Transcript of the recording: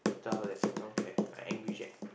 tell her I don't care I angry Jack